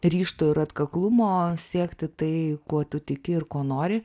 ryžto ir atkaklumo siekti tai kuo tu tiki ir ko nori